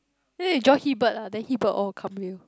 then you draw he bird ah then he bird all will come you